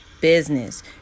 business